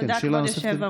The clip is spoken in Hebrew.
תודה, כבוד היושב-ראש.